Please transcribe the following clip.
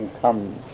come